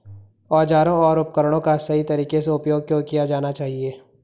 औजारों और उपकरणों का सही तरीके से उपयोग क्यों किया जाना चाहिए?